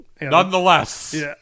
Nonetheless